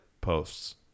posts